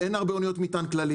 ואין הרבה אוניות מטען כללי.